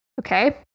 Okay